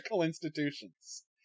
institutions